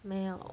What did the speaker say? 没有